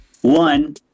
one